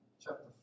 chapter